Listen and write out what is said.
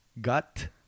gut